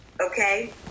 Okay